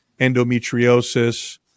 endometriosis